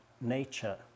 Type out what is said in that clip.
nature